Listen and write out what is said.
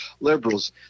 liberals